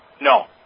No